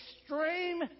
extreme